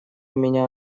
меня